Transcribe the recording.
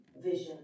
vision